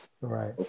right